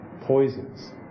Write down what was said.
poisons